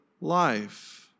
life